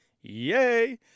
Yay